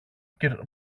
κυρ